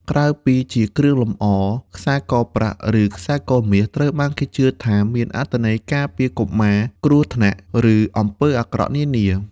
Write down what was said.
ក្រៅពីជាគ្រឿងលម្អ ខ្សែកប្រាក់ ឬខ្សែកមាស ត្រូវបានគេជឿថាមានអត្ថន័យការពារកុមារគ្រោះញថ្នាក់ ឬអំពើអាក្រក់នានា។